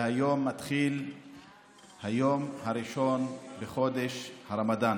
והיום מתחיל היום הראשון לחודש הרמדאן.